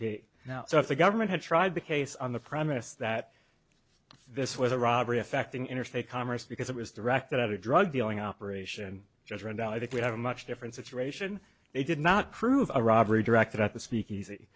p now so if the government had tried the case on the premise that this was a robbery affecting interstate commerce because it was directed at a drug dealing operation judgment i think we'd have a much different situation they did not prove a robbery directed at the speakeasy